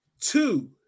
Two